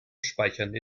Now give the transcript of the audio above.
speichern